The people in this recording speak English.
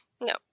No